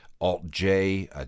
Alt-J